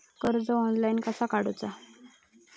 कर्ज ऑनलाइन कसा काडूचा?